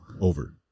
over